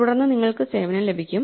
തുടർന്ന് നിങ്ങൾക്ക് സേവനം ലഭിക്കും